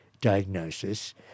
diagnosis